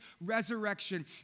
resurrection